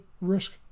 risk